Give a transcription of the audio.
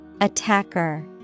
Attacker